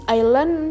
island